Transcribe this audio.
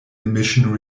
emission